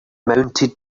mounted